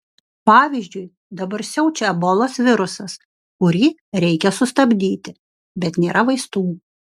pavyzdžiui dabar siaučia ebolos virusas kurį reikia sustabdyti bet nėra vaistų